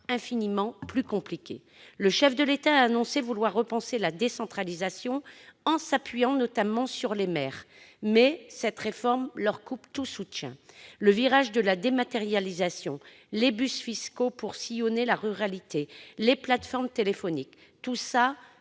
infiniment plus compliqué. Le chef de l'État a annoncé vouloir repenser la décentralisation en s'appuyant notamment sur les maires. Cette réforme leur coupe tout soutien. Le virage de la dématérialisation, les bus fiscaux pour sillonner les territoires ruraux, les plateformes téléphoniques ...